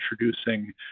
introducing